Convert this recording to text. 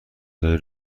داری